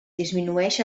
disminueix